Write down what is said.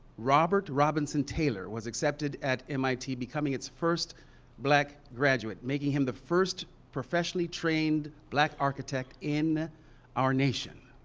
robert robinson taylor was accepted at mit, becoming its first black graduate, making him the first professionally trained black architect in our nation.